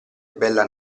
bella